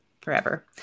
forever